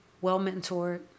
well-mentored